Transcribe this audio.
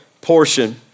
portion